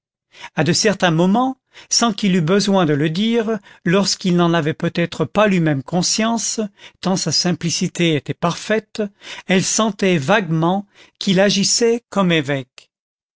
à de certains moments sans qu'il eût besoin de le dire lorsqu'il n'en avait peut-être pas lui-même conscience tant sa simplicité était parfaite elles sentaient vaguement qu'il agissait comme évêque